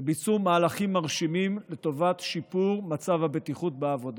שביצעו מהלכים מרשימים לטובת שיפור מצב הבטיחות בעבודה.